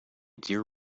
dear